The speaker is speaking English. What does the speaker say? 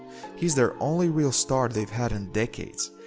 he's their only real star they've had in decades.